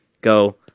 go